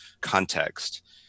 context